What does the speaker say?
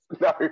no